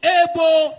able